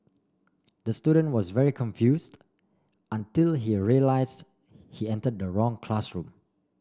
the student was very confused until he realise he entered the wrong classroom